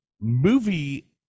movie